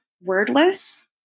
wordless